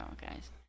guys